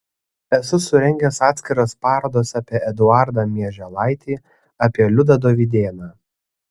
esu surengęs atskiras parodas apie eduardą mieželaitį apie liudą dovydėną